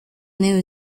new